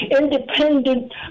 independent